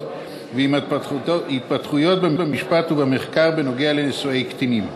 ועם התפתחויות במשפט ובמחקר בכל הקשור לנישואי קטינים.